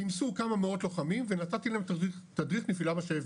כינסו כמה מאות לוחמים ונתתי להם תדריך נפילה בשבי,